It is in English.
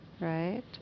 right